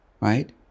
right